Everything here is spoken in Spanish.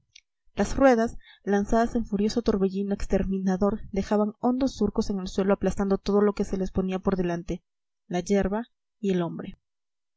las ruedas lanzadas en furioso torbellino exterminador dejaban hondos surcos en el suelo aplastando todo lo que se les ponía por delante la yerba y el hombre